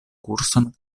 kurson